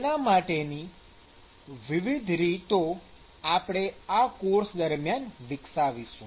જેના માટેની વિવિધ રીતો આપણે આ કોર્સ દરમ્યાન વિકસાવીશું